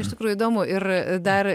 iš tikrųjų įdomu ir dar